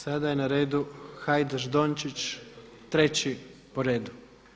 Sada je na redu Hajdaš Dončić treći po redu.